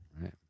Right